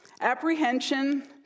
apprehension